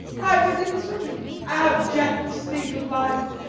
ay, but in such an abject state of life,